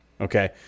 Okay